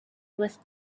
with